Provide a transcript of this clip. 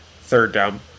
third-down